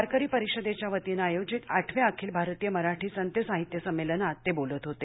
वारकरी परिषदेच्या वतीनं आयोजित आठव्या अखिल भारतीय मराठी संत साहित्य संमेलनात ते बोलत होते